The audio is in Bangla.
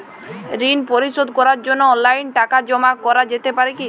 ঋন পরিশোধ করার জন্য অনলাইন টাকা জমা করা যেতে পারে কি?